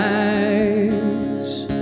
eyes